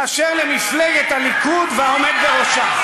מאשר למפלגת הליכוד ולעומד בראשה.